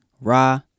Ra